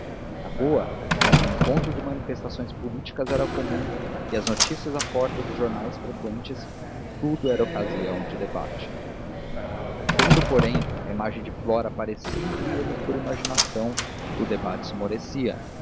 na rua onde o encontro de manifestações políticas era comum e as notícias à porta dos jornais frequentes tudo era ocasião de debate quando porém a imagem de flora aparecia entre eles por imaginação o debate esmorecia mas